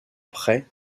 prêt